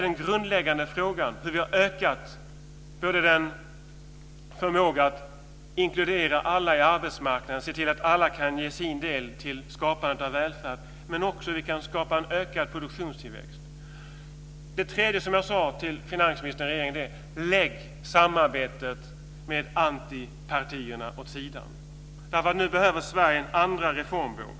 Den grundläggande frågan är hur vi har ökat förmågan att inkludera alla i arbetsmarknaden och att se till att alla kan ge sin del till skapandet av välfärd men också hur vi kan skapa en ökad produktionstillväxt. Det tredje som jag sade till finansministern var: Lägg samarbetet med antipartierna åt sidan, därför att Sverige nu behöver en andra reformvåg.